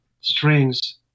strings